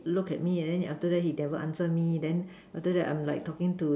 look at me and then he after that he never answer me then after that I'm like talking to